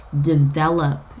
develop